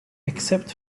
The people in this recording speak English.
except